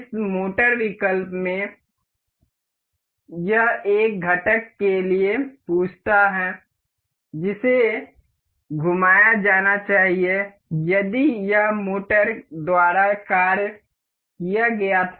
इस मोटर विकल्प में यह एक घटक के लिए पूछता है जिसे घुमाया जाना चाहिए यदि यह मोटर द्वारा कार्य किया गया था